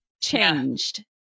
changed